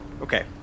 Okay